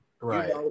Right